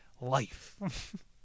life